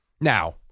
Now